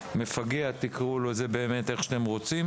מפגע - תקראו לזה, באמת, איך שאתם רוצים